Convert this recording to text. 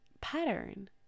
pattern